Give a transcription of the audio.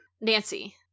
Nancy